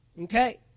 Okay